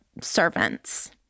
servants